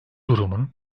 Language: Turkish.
durumun